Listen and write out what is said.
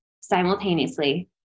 simultaneously